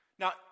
Now